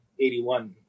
81